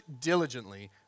diligently